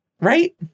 Right